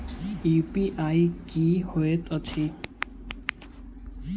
UPI की होइत अछि